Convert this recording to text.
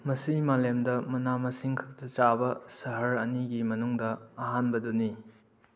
ꯃꯁꯤ ꯃꯥꯂꯦꯝꯗ ꯃꯅꯥ ꯃꯁꯤꯡ ꯈꯛꯇ ꯆꯥꯕ ꯁꯍꯔ ꯑꯅꯤꯒꯤ ꯃꯅꯨꯡꯗ ꯑꯍꯥꯟꯕꯗꯨꯅꯤ